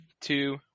Two